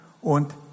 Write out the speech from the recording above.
und